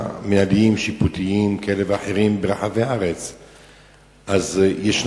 ובכללם הגשת תביעות אזרחיות,